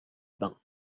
bains